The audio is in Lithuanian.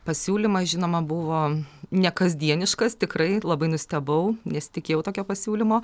pasiūlymas žinoma buvo nekasdieniškas tikrai labai nustebau nesitikėjau tokio pasiūlymo